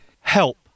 Help